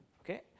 Okay